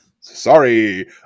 sorry